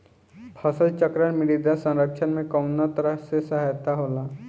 फसल चक्रण मृदा संरक्षण में कउना तरह से सहायक होला?